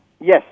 Yes